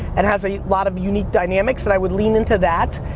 and has a lot of unique dynamics, that i would lean into that,